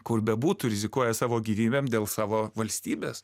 kur bebūtų rizikuoja savo gyvybėm dėl savo valstybės